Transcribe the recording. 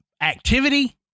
activity